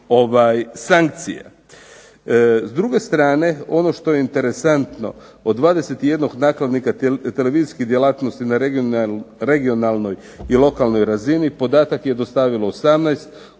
sankcija. S druge strane ono što je interesantno od 21 nakladnika televizijskih djelatnosti na regionalnoj i lokalnoj razini podatak je dostavilo 18.